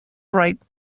bright